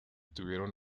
tuvieron